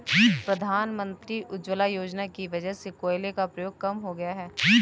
प्रधानमंत्री उज्ज्वला योजना की वजह से कोयले का प्रयोग कम हो गया है